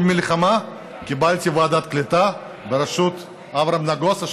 עם מלחמה קיבלתי את ועדת הקליטה בראשות אברהם נגוסה,